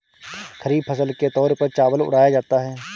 खरीफ फसल के तौर पर चावल उड़ाया जाता है